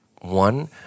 one